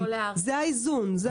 זה האיזון.